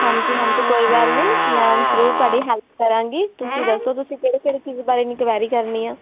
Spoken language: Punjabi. ਹਾਂਜੀ ਹਾਂਜੀ ਕੋਈ ਗੱਲ ਨਹੀਂ ਮੈਂ ਜਰੂਰ ਤੁਹਾਡੀ ਹੈਲਪ ਕਰਾਂਗੀ ਤੁਸੀਂ ਦੱਸੋ ਤੁਸੀਂ ਕਿਹੜੇ ਕਿਹੜੇ ਚੀਜ਼ ਬਾਰੇ ਇਨਕੁਇਰੀ ਕਰਨੀ ਆ